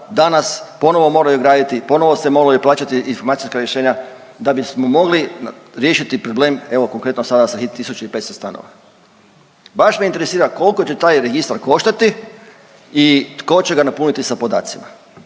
ponovno se moraju plaćati informacijska rješenja da bismo mogli riješiti problem, evo konkretno sada sa 1.500 stanova. Baš me interesira koliko će taj registar koštati i tko će ga napuniti sa podacima.